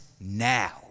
now